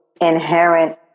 inherent